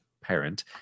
parent